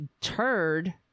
turd